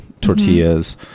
tortillas